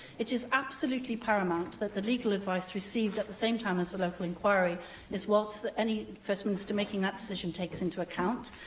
it is absolutely paramount that the legal advice received at the same time as the local inquiry is what any first minister making that decision takes into account.